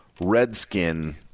Redskin